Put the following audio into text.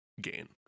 gain